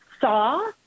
saw